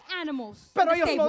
animals